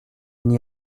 n’y